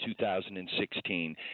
2016